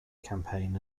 campaign